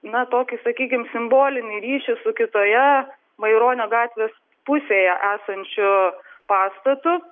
na tokį sakykim simbolinį ryšį su kitoje maironio gatvės pusėje esančiu pastatu